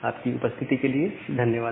आपकी उपस्थिति के लिए धन्यवाद